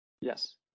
Yes